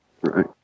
Right